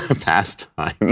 pastime